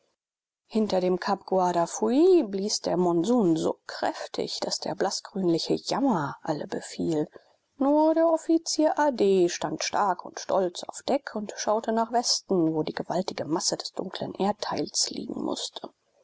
hinter dem kap guardafui blies der monsun so kräftig daß der blaßgrünliche jammer alle befiel nur der offizier a d stand stark und stolz auf deck und schaute nach westen wo die gewaltige masse des dunklen erdteils liegen mußte